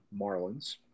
Marlins